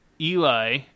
Eli